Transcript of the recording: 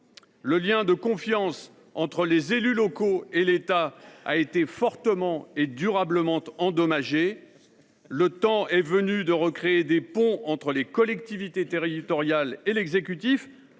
Le lien de confiance entre les élus locaux et l’État a été fortement et durablement endommagé. Le temps est venu de recréer des ponts entre les collectivités territoriales et l’exécutif.